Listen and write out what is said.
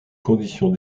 conditions